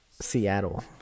Seattle